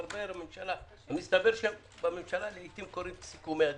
שבממשלה לעיתים קוראים את סיכומי הדיונים.